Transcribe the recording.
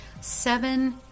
Seven